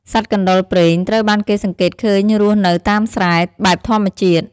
សត្វកណ្តុរព្រែងត្រូវបានគេសង្កេតឃើញរស់នៅតាមស្រែ បែបធម្មជាតិ។